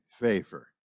favor